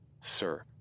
sir